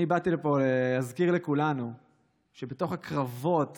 אני באתי לפה להזכיר לכולנו שבתוך הקרבות